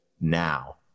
now